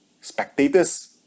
Spectators